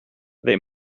they